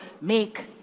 make